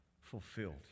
fulfilled